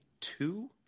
two